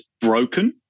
broken